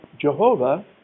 Jehovah